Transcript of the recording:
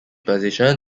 position